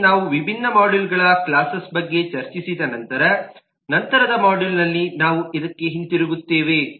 ಆದರೆ ನಾವು ವಿಭಿನ್ನ ಮಾಡ್ಯೂಲ್ಗಳಿವೆ ಕ್ಲಾಸೆಸ್ ಬಗ್ಗೆ ಚರ್ಚಿಸಿದ ನಂತರ ನಂತರದ ಮಾಡ್ಯೂಲ್ನಲ್ಲಿ ನಾವು ಇದಕ್ಕೆ ಹಿಂತಿರುಗುತ್ತೇವೆ